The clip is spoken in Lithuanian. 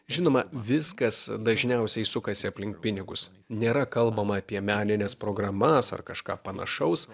žinoma viskas dažniausiai sukasi aplink pinigus nėra kalbama apie menines programas ar kažką panašaus